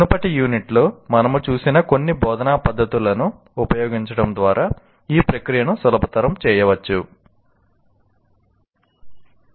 మునుపటి యూనిట్లో మనము చూసిన కొన్ని బోధనా పద్ధతులను ఉపయోగించడం ద్వారా ఈ ప్రక్రియను సులభతరం చేయవచ్చు